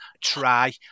try